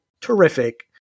terrific